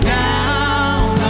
down